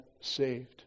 saved